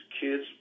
kids